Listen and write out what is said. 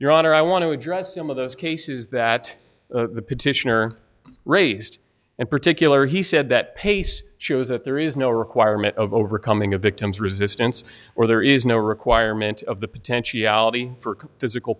honor i want to address some of those cases that the petitioner raised in particular he said that pace shows that there is no requirement of overcoming a victim's resistance or there is no requirement of the potentiality for physical